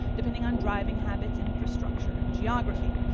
depending on driving habits, infrastructure and geography.